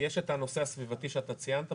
יש את הנושא הסביבתי שאתה ציינת,